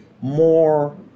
more